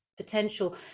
potential